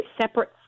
separate